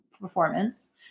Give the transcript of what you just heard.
performance